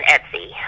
Etsy